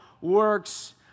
works